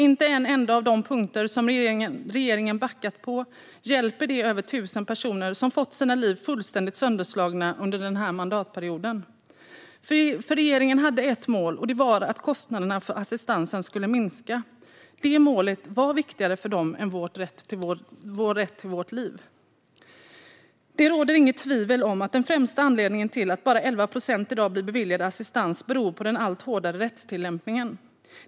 Inte en enda av de punkter som regeringen har backat på hjälper de över 1 000 personer som har fått sina liv fullständigt sönderslagna under denna mandatperiod. Regeringen hade ett mål: att kostnaderna för assistansen skulle minska. Detta mål var viktigare för dem än vår rätt till vårt liv. Det råder inga tvivel om att den främsta anledningen till att bara 11 procent i dag blir beviljade assistans är den allt hårdare rättstillämpningen.